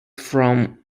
from